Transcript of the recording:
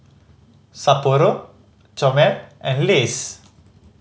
Sapporo Chomel and Lays